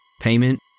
payment